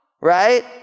Right